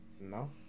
No